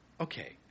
Okay